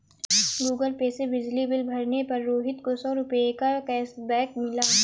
Google Pay से बिजली bill भरने पर रोहित को सौ रूपए का कैशबैक मिला